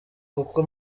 kuko